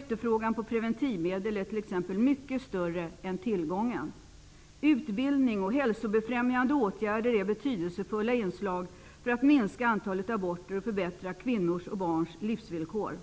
Efterfrågan på preventivmedel är t.ex. mycket större än tillgången. Utbildning och hälsobefrämjande åtgärder är betydelsefulla inslag i arbetet för att minska antalet aborter och förbättra kvinnors och barns livsvillkor. Arbetet